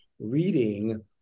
reading